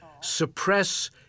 suppress